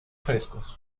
frescos